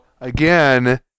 again